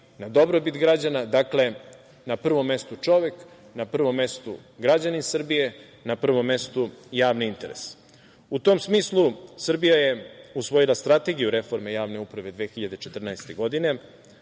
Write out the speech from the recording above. na dobrobit građana. Dakle, na prvom mestu čovek, na prvom mestu građanin Srbije, na prvom mestu javni interes.U tom smislu Srbija je usvojila strategiju reforme javne uprave 2014. godine.